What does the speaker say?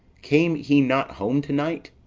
came he not home to-night?